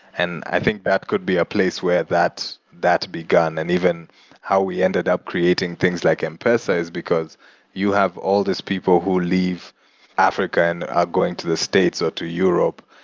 and i think that could be a place where that that began. and even how we ended up creating things like m-pesa is because you have all these people who leave africa and are going to the states, or to europe,